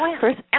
First